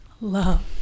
love